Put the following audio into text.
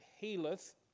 healeth